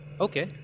okay